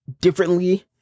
differently